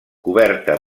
coberta